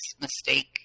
mistake